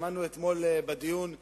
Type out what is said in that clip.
שמענו אתמול בדיון,